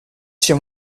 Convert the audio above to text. sia